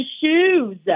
shoes